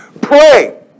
Pray